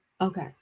okay